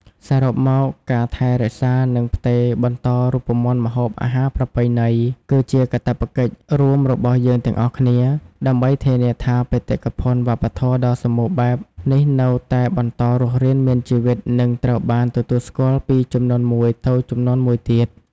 សរុបមក ការថែរក្សា និងផ្ទេរបន្តរូបមន្តម្ហូបអាហារប្រពៃណី គឺជាកាតព្វកិច្ចរួមរបស់យើងទាំងអស់គ្នា ដើម្បីធានាថាបេតិកភណ្ឌវប្បធម៌ដ៏សម្បូរបែបនេះនៅតែបន្តរស់រានមានជីវិត និងត្រូវបានទទួលស្គាល់ពីជំនាន់មួយទៅជំនាន់មួយទៀត។